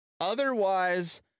otherwise